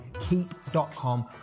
keep.com